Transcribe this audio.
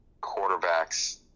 quarterbacks